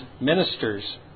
ministers